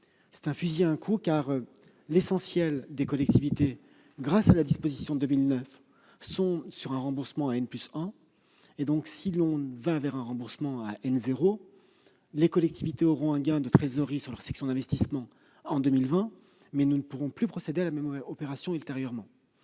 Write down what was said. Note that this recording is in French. c'est un fusil à un coup ! L'essentiel des collectivités, grâce à la disposition de 2009, est concerné par un remboursement à n+1. Si nous prévoyons un remboursement à n zéro, les collectivités auront un gain de trésorerie sur leur section d'investissement en 2020, mais nous ne pourrons plus procéder à la même opération ultérieurement.